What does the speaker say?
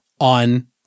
on-